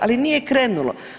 Ali nije krenulo.